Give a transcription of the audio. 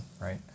right